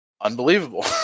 unbelievable